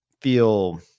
feel